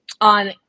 on